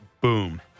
boom